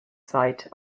site